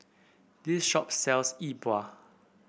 this shop sells Yi Bua